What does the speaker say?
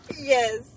Yes